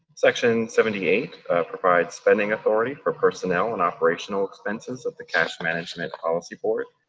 section seventy eight provides spending authority for personnel and operational expenses of the cash management policy board.